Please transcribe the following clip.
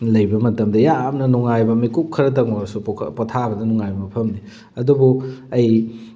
ꯂꯩꯕ ꯃꯇꯝꯗ ꯌꯥꯝꯅ ꯅꯨꯡꯉꯥꯏꯕ ꯃꯤꯠꯀꯨꯞ ꯈꯔꯇꯪ ꯑꯣꯏꯔꯁꯨ ꯄꯣꯊꯥꯕꯗ ꯅꯨꯡꯉꯥꯏꯕ ꯃꯐꯝꯅꯤ ꯑꯗꯨꯕꯨ ꯑꯩ